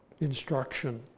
instruction